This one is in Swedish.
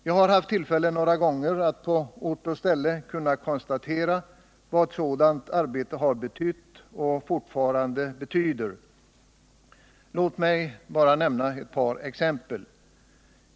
Jag har haft tillfälle några gånger att på ort och ställe kunna konstatera vad sådant arbete har betytt och fortfarande betyder. Låt mig nämna endast ett par exempel.